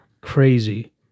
Crazy